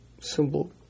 symbol